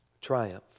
triumph